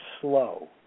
slow